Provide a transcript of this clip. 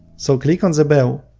so, click on the bell.